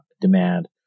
demand